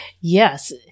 Yes